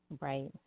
Right